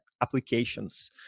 applications